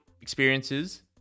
experiences